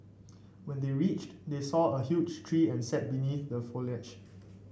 when they reached they saw a huge tree and sat beneath the foliage